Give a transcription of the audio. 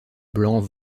blancs